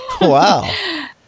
Wow